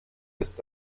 ist